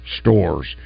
stores